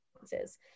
responses